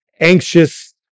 anxious